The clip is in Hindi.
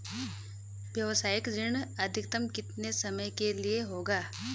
व्यावसायिक ऋण अधिकतम कितने समय के लिए होगा?